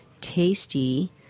tasty